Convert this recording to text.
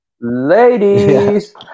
Ladies